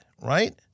right